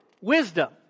wisdom